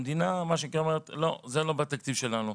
המדינה אומרת, לא, זה לא בתקציב שלנו.